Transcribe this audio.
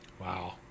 Wow